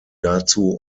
dazu